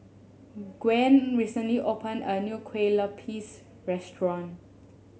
Gwyn recently opened a new Kue Lupis restaurant